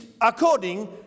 According